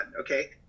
okay